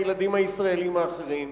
הילדים הישראלים האחרים,